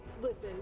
listen